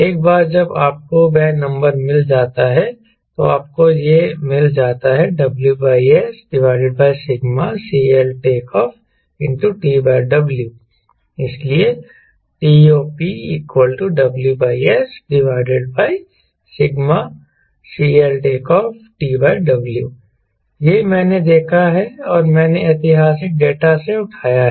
एक बार जब आपको वह नंबर मिल जाता है तो आपको यह मिल जाता है W Sσ CLTO TW इसलिए TOP W Sσ CLTO TW यह मैंने देखा है और मैंने ऐतिहासिक डेटा से उठाया है